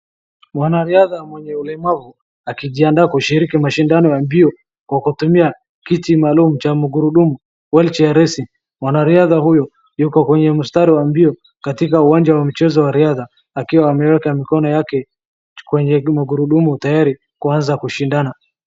Mwanaradha mwenye ulemavu, akijianda kushiriki mashindano ya mbio kwa kutumia kiti maalum cha mgurudumu wheelchair racing . Mwanariadha huyo, yuko kwenye mstari wa mbio katika uwanja wa mchezo wa riadha, akiwa ameweka mikono yake kwenye magurudumu tayari kuanza kushindana.